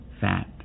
fat